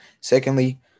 Secondly